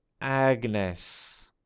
Agnes